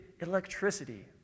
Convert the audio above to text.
electricity